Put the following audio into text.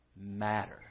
matter